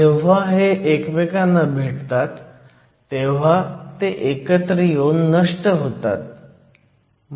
जेव्हा हे एकमेकांना भेटतात तेव्हा ते एकत्र येऊन नष्ट होतात